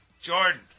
Jordan